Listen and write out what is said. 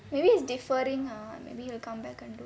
maybe he's differing ah maybe he'll will come back and do